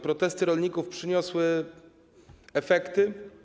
Protesty rolników przyniosły efekty?